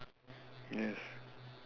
yes